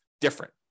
different